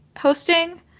hosting